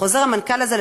חוזר המנכ"ל הזה,